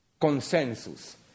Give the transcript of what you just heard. consensus